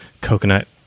coconut